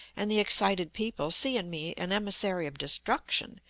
and the excited people see in me an emissary of destruction,